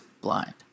Blind